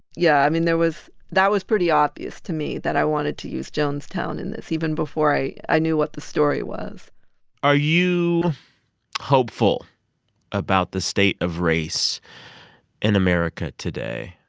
yeah. i mean, there was that was pretty obvious to me, that i wanted to use jonestown in this, even before i i knew what the story was are you hopeful about the state of race in america today?